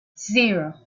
zero